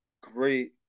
great